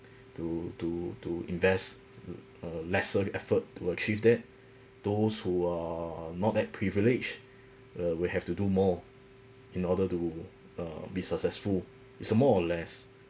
to to to invest a lesser effort to achieve that those who are not that privilege uh will have to do more in order to uh be successful it's uh more or less